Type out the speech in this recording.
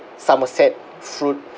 somerset fruit